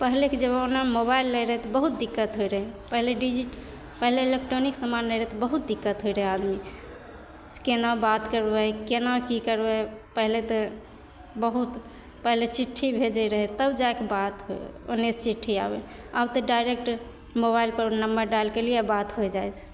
पहिलेके जबानामे मोबाइल नहि रहै तऽ बहुत दिक्कत होइ रहै पहले डी जी पहिले इलेक्ट्रोनिक समान नहि रहै तऽ बहुत दिक्कत होइ रहै आदमीके केना बात करबै केना की करबै पहिले तऽ बहुत पहिले चिट्ठी भेजै रहै तब जाके बात होइ ओन्नेसे चिट्ठी आबै आब तऽ डाइरेक्ट मोबाइल पर नम्मर डाएल कयलियै बात होइ जाइत छै